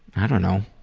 i don't know